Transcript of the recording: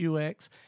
UX